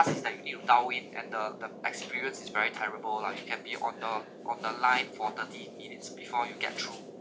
it's like deal with darwin and the the experience is very terrible lah you can be on the on the line for thirty minutes before you get through